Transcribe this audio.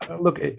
look